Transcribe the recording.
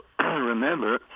remember